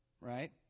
Right